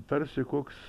tarsi koks